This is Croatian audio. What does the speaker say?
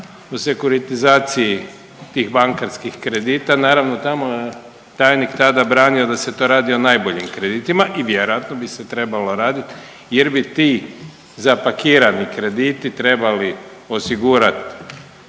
o sekuritizaciji tih bankarskih kredita. Naravno tamo je tajnik tada branio da se to radi o najboljim kreditima i vjerojatno bi se trebalo raditi jer bi ti zapakirani krediti trebali osigurat